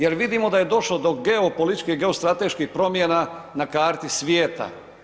Jer vidimo da je došlo do geopolitičke i geostrateških promjena na karti svijeta.